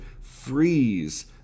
freeze